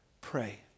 Pray